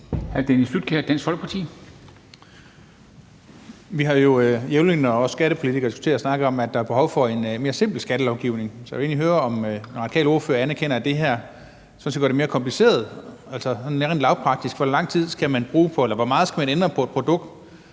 Vi har jo jævnligt, når vi skattepolitikere diskuterer, snakket om, at der er behov for en mere simpel skattelovgivning, så jeg vil egentlig høre, om den radikale ordfører anerkender, at det her sådan set gør det mere kompliceret. Sådan rent lavpraktisk: Hvor meget skal man ændre på et produkt,